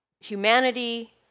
humanity